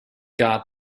guard